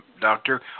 Doctor